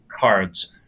Cards